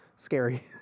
Scary